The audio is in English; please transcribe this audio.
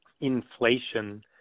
inflation